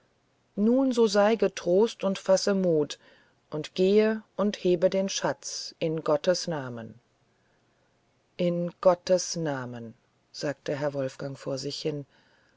nun so sey getrost und fasse muth und geh und heb den schatz in gottes namen in gottes namen sagte herr wolfgang vor sich hin